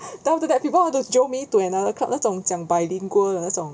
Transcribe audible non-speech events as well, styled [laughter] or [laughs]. [laughs] then people want to jio me to another club 那种讲 bilingual 的那种